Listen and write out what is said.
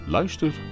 Luister